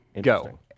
Go